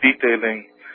detailing